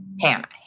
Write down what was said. Hannah